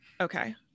Okay